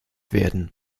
werden